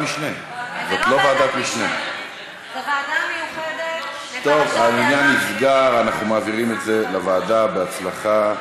הוועדה מיוחדת להיעלמם של ילדי תימן, מזרח והבלקן.